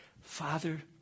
Father